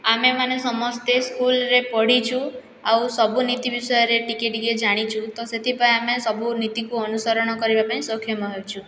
ଆମେମାନେ ସମସ୍ତେ ସ୍କୁଲ୍ରେ ପଢ଼ିଛୁ ଆଉ ସବୁ ନିତି ବିଷୟରେ ଟିକେ ଟିକେ ଜାଣିଛୁ ତ ସେଥିପାଇଁ ଆମେ ସବୁ ନିତିକୁ ଅନୁସରଣ କରିବାପାଇଁ ସକ୍ଷମ ହେଉଛୁ